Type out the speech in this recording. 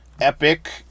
epic